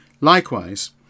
Likewise